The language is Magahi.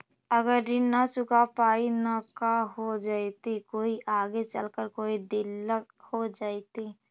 अगर ऋण न चुका पाई न का हो जयती, कोई आगे चलकर कोई दिलत हो जयती?